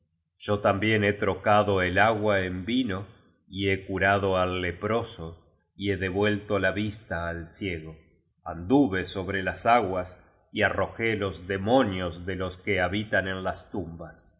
yo también he trocado el agua en vino y he curado al leproso y he devuelto la vista al ciego anduve sobre las aguas y arrojé los demonios de los que habitan en las tumbas